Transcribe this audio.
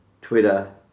Twitter